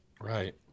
Right